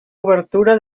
obertura